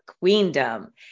Queendom